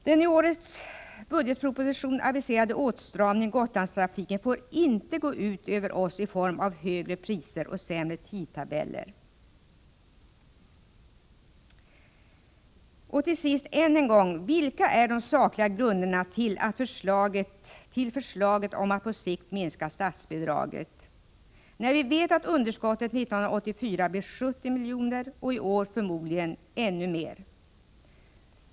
Den i årets budgetproposition aviserade åtstramningen i Gotlandstrafiken får inte gå ut över oss i form av högre priser och sämre tidtabeller. Slutligen ännu en gång: Vilka är de sakliga grunderna till förslaget om att på sikt minska statsbidraget? — Vi vet ju att underskottet 1984 blev 70 miljoner och i år förmodligen blir ännu mer.